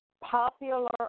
Popular